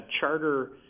charter